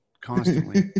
constantly